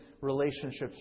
relationships